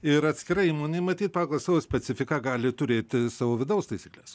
ir atskira įmonė matyt pagal savo specifiką gali turėti savo vidaus taisykles